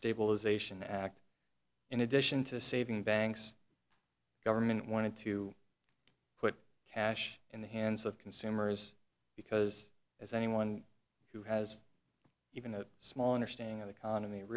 stabilization act in addition to saving the banks government wanted to put cash in the hands of consumers because as anyone who has even a small understanding of the con